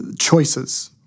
choices